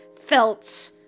felt